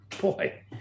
boy